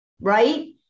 right